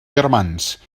germans